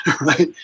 right